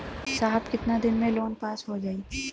साहब कितना दिन में लोन पास हो जाई?